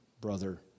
Brother